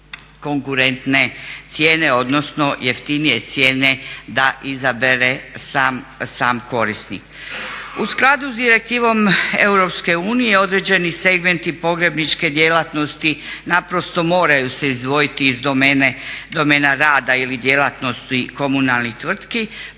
konkurentne cijene odnosno jeftinije cijene da izabere sam korisnik. U skladu s direktivom Europske unije određeni segmenti pogrebničke djelatnosti naprosto moraju se izdvojiti iz domena rada ili djelatnosti komunalnih tvrtki,